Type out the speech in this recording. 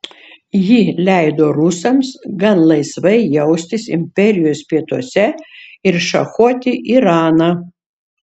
ji leido rusams gan laisvai jaustis imperijos pietuose ir šachuoti iraną